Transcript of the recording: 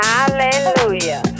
Hallelujah